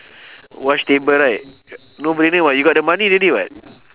wash table right no-brainer [what] you got the money already [what]